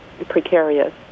precarious